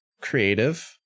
creative